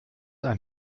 ein